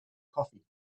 coffee